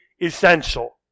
essential